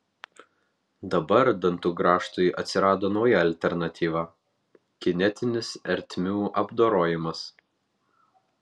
dabar dantų grąžtui atsirado nauja alternatyva kinetinis ertmių apdorojimas